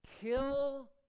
kill